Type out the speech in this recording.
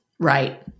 Right